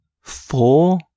four